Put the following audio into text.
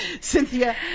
Cynthia